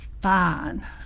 fine